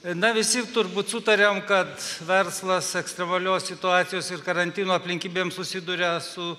na visi turbūt sutariam kad verslas ekstremalios situacijos ir karantino aplinkybėm susiduria su